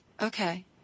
Okay